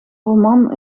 roman